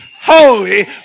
holy